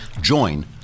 Join